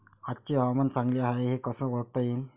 आजचे हवामान चांगले हाये हे कसे ओळखता येईन?